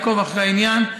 שאני אעקוב אחרי העניין.